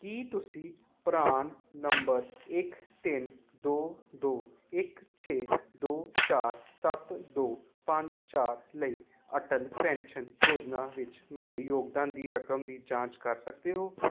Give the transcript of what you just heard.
ਕੀ ਤੁਸੀਂ PRAN number ਇੱਕ ਤਿੰਨ ਦੋ ਦੋ ਇੱਕ ਛੇ ਦੋ ਚਾਰ ਸੱਤ ਦੋ ਪੰਜ ਚਾਰ ਲਈ ਅਟਲ ਪੈਨਸ਼ਨ ਯੋਜਨਾ ਵਿੱਚ ਮੇਰੇ ਯੋਗਦਾਨ ਦੀ ਰਕਮ ਦੀ ਜਾਂਚ ਕਰ ਸਕਦੇ ਹੋ